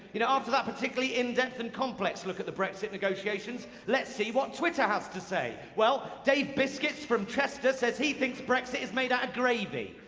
you know after that particularly in-depth and complex look at the brexit negotiations, let's see what twitter has to say. well, dave biscuits from chester, says he thinks brexit is made out of gravy.